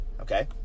okay